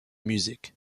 music